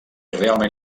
realment